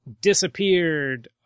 disappeared